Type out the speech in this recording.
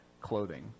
clothing